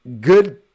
good